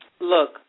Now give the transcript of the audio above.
Look